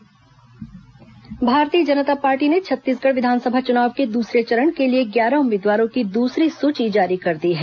भाजपा उम्मीदवार सूची भारतीय जनता पार्टी ने छत्तीसगढ़ विधानसभा चुनाव के दूसरे चरण के लिए ग्यारह उम्मीदवारों की दूसरी सूची जारी कर दी है